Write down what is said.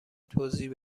توضیح